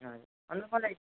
हजुर अनि त मलाई